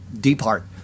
depart